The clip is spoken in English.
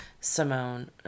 Simone